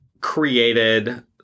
created